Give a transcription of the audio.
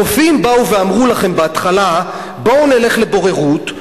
הרופאים באו ואמרו לכם בהתחלה: בואו נלך לבוררות.